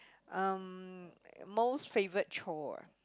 um most favourite chore